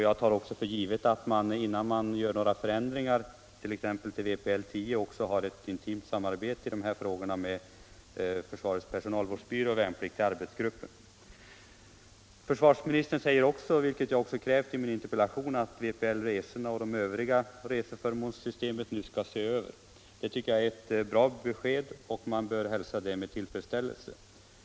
Jag tar också för givet att man i dessa frågor, innan man gör några förändringar t.ex. i vpl 10, också har ett intimt samarbete med försvarets personalvårdsbyrå och vpl-arbetsgruppen. Försvarsministern säger vidare, vilket jag också krävt i min interpellation, att vpl-resorna och det övriga reseförmånssystemet nu skall ses över. Det är ett bra besked, som man bör hälsa med tillfredsställelse.